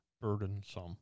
Burdensome